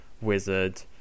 wizard